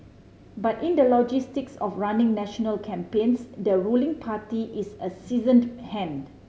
but in the logistics of running national campaigns the ruling party is a seasoned hand